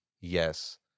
yes